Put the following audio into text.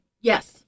Yes